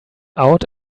out